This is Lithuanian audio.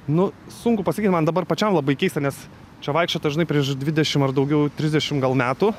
nu sunku pasakyt man dabar pačiam labai keista nes čia vaikščiota žinai prieš dvidešim ar daugiau trisdešim gal metų